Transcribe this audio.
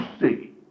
see